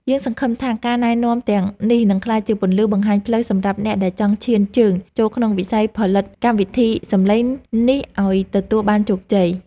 យើងសង្ឃឹមថាការណែនាំទាំងនេះនឹងក្លាយជាពន្លឺបង្ហាញផ្លូវសម្រាប់អ្នកដែលចង់ឈានជើងចូលក្នុងវិស័យផលិតកម្មវិធីសំឡេងនេះឱ្យទទួលបានជោគជ័យ។